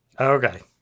okay